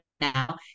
now